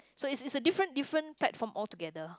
so it's it's a different different platform altogether